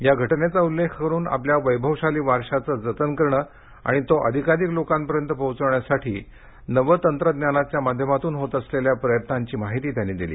या घटनेचा उल्लेख करून आपल्या वैभवशाली वारशाचं जतन करणं आणि तो अधिकाधिक लोकांपर्यंत पोहोचवण्यासाठी नवतंत्रज्ञानाच्या माध्यमातून होत असलेल्या प्रयत्नांची माहिती त्यांनी दिली